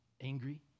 angry